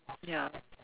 ya